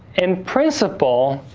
in principle,